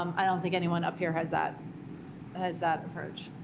um i don't think anyone up here has that has that approach.